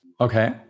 okay